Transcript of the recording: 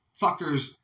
fuckers